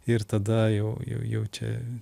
ir tada jau jau čia